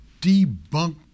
debunk